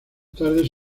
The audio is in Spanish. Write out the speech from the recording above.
tardes